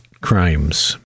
crimes